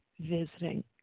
visiting